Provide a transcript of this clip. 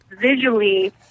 visually